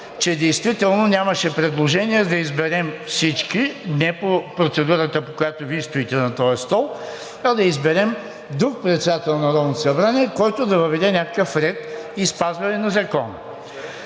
че действително нямаше предложения да изберем всички, не по процедурата, по която Вие стоите на този стол, а да изберем друг председател на Народното събрание, който да въведе някакъв ред и спазване на закона.